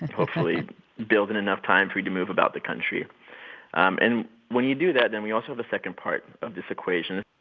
hopefully build in enough time for you to move about the country um and when you do that, then we also have a second part of this equation.